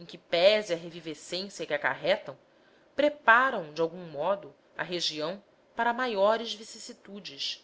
em que pese à revivescência que acarretam preparam de algum modo a região para maiores vicissitudes